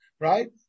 Right